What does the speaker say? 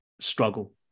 struggle